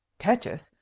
catch us!